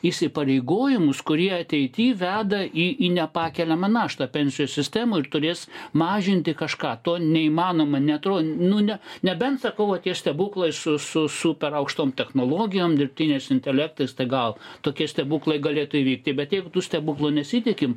įsipareigojimus kurie ateity veda į į nepakeliamą naštą pensijų sistemoj ir turės mažinti kažką to neįmanoma neatro nu ne nebent sakau va tie stebuklai su su super aukštom technologijom dirbtinis intelektas tai gal tokie stebuklai galėtų įvykti bet jeigu tų stebuklų nesitikim